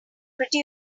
pretty